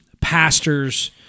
pastors